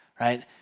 right